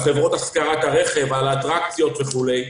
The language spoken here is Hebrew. על חברות השכרת הרכב, על האטרקציות וכולי.